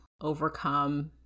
overcome